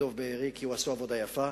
דב בארי, כי הם עשו עבודה יפה,